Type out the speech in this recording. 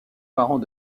parents